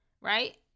right